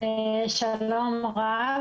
שלום רב.